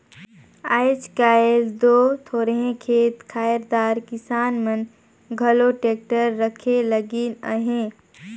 आएज काएल दो थोरहे खेत खाएर दार किसान मन घलो टेक्टर राखे लगिन अहे